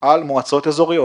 על מועצות אזוריות.